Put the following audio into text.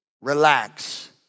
relax